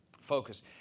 Focus